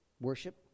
worship